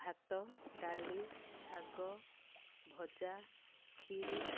ଭାତ ଡାଲି ଶାଗ ଭଜା ଖିରି